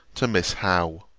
to miss howe